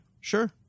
sure